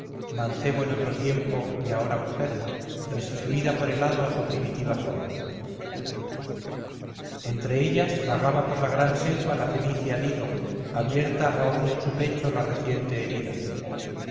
mancebo en otro tiempo y ahora mujer restituida por el hado a su primitiva forma entre ellas vagaba por la gran selva la fenicia dido abierta aún en su pecho la reciente herida